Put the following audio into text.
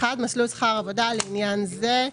מסלול שכר עבודה, לעניין זה,